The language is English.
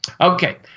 okay